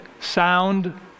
sound